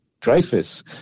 Dreyfus